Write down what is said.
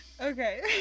Okay